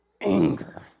anger